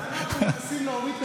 אנחנו מנסים להוריד את הדוברים.